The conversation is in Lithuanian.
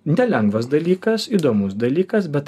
nelengvas dalykas įdomus dalykas bet